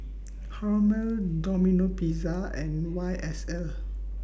Hormel Domino Pizza and Y S L